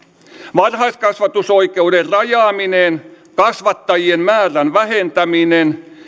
varhaiskasvatusoikeuden rajaaminen kasvattajien määrän vähentäminen